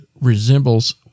resembles